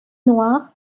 noir